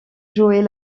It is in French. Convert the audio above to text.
jouer